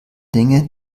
dinge